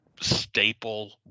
staple